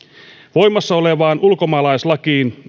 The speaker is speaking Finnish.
voimassa olevaan ulkomaalaislakiin